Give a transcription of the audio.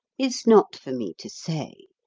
is not for me to say,